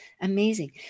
amazing